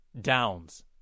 Downs